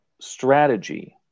strategy